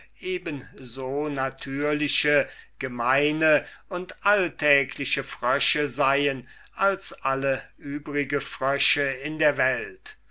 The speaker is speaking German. so natürliche gemeine und alltägliche frösche seien als alle übrige frösche in der welt